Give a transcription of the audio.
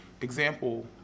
Example